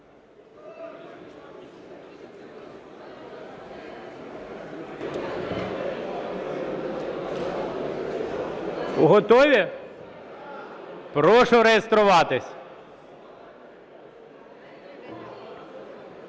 Готові? Прошу реєструватись.